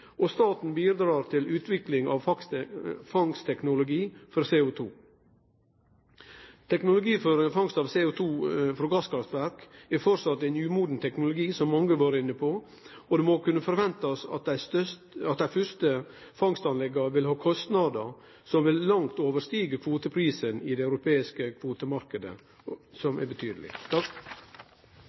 og staten bidreg til utvikling av fangstteknologi for CO2. Teknologi for fangst av CO2 frå gasskraftverk er framleis ein umoden teknologi, som mange har vore inne på, og ein må kunne vente at dei første fangstanlegga vil ha kostnader som langt vil overstige kvoteprisen i den europeiske kvotemarknaden. Både denne og neste debatt er vi nødt til å se i en sammenheng. Det